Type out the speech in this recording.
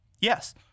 Yes